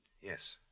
Yes